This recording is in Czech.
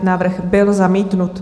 Návrh byl zamítnut.